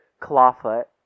clawfoot